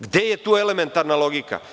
Gde je tu elementarna logika?